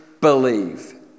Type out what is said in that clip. believe